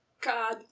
god